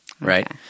right